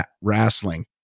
wrestling